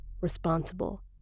responsible